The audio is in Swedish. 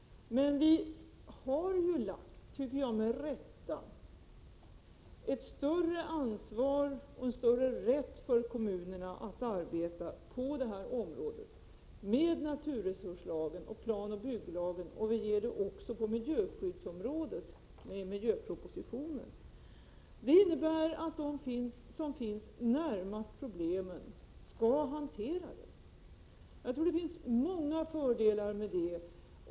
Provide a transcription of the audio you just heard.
Men vi har, med rätta tycker jag, lagt ett större ansvar på kommunerna och gett dem större rättigheter när det gäller att arbeta på det här området i och med tillkomsten av naturresurslagen och planoch bygglagen och på miljöskyddsområdet i och med framläggandet av miljöpropositionen. Det innebär att de människor som finns närmast problemen skall hantera dem. Jag tror att det finns många fördelar med det.